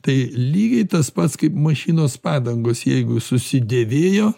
tai lygiai tas pats kaip mašinos padangos jeigu jos susidėvėjo